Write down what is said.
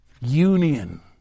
Union